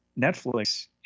Netflix